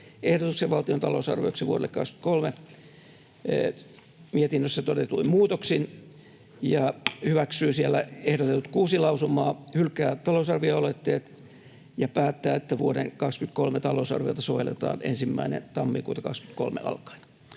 ehdotuksen valtion talousarvioksi vuodelle 23 mietinnössä todetuin muutoksin ja hyväksyy siellä ehdotetut kuusi lausumaa, hylkää talousarvioaloitteet ja päättää, että vuoden 23 talousarviota sovelletaan 1. tammikuuta 23 alkaen.